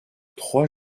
trois